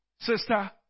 sister